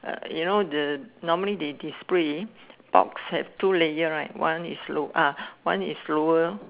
uh you know the normally the display box have two layer right one is low ah one is lower